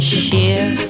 share